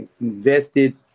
invested